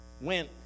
went